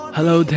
Hello